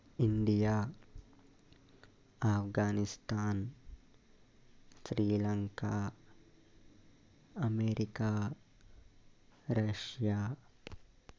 India Afghanistan Sri Lanka America Russia